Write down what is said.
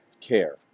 care